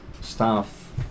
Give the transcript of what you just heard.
staff